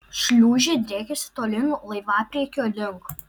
šliūžė driekėsi tolyn laivapriekio link